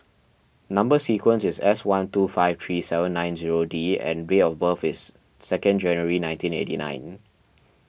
Number Sequence is S one two five three seven nine zero D and date of birth is second January nineteen eighty nine